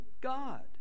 God